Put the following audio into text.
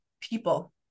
people